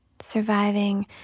surviving